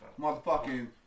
Motherfucking